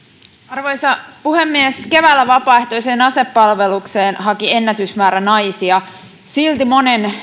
arvoisa puhemies keväällä vapaaehtoiseen asepalvelukseen haki ennätysmäärä naisia silti monen